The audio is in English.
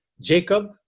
Jacob